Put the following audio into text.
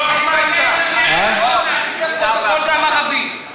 תוסיף לפרוטוקול גם ערבים,